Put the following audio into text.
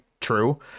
true